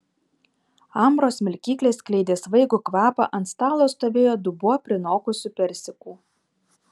ambros smilkyklės skleidė svaigų kvapą ant stalo stovėjo dubuo prinokusių persikų